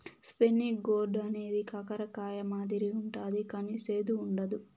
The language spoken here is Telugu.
స్పైనీ గోర్డ్ అనేది కాకర కాయ మాదిరి ఉంటది కానీ సేదు ఉండదు